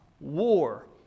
war